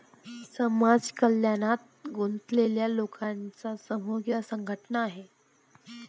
समाज कल्याणात गुंतलेल्या लोकांचा समूह किंवा संघटना आहे